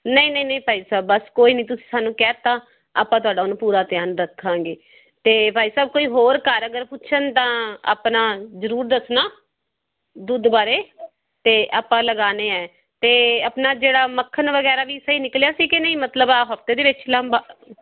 ਨਹੀਂ ਨਹੀਂ ਨਹੀਂ ਭਾਈ ਸਾਹਿਬ ਬਸ ਕੋਈ ਨਹੀਂ ਤੁਸੀਂ ਸਾਨੂੰ ਕਹਿ ਤਾ ਆਪਾਂ ਤੁਹਾਡਾ ਹੁਣ ਪੂਰਾ ਧਿਆਨ ਰੱਖਾਂਗੇ ਅਤੇ ਭਾਈ ਸਾਹਿਬ ਕੋਈ ਹੋਰ ਘਰ ਅਗਰ ਪੁੱਛਣ ਤਾਂ ਆਪਣਾ ਜ਼ਰੂਰ ਦੱਸਣਾ ਦੁੱਧ ਬਾਰੇ ਅਤੇ ਆਪਾਂ ਲਗਾਉਣਾ ਹੈ ਅਤੇ ਆਪਣਾ ਜਿਹੜਾ ਮੱਖਣ ਵਗੈਰਾ ਵੀ ਸਈ ਨਿਕਲਿਆ ਸੀ ਕਿ ਨਹੀਂ ਮਤਲਬ ਆਹ ਹਫ਼ਤੇ ਦੇ ਵਿੱਚ ਉਲਾਂਭਾ